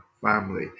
family